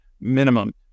minimum